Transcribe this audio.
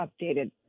updated